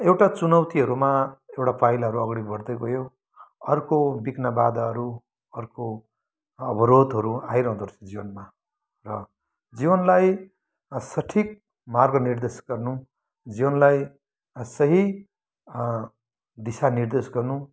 एउटा चुनौतीहरूमा एउटा पाइलाहरू अगाडि बढ्दै गयो अर्को विघ्नबाधाहरू अर्को अवरोधहरू आइरहँदो रहेछ जीवनमा र जीवनलाई सठिक मार्गनिर्देश गर्नु जीवनलाई सही दिशा निर्देश गर्नु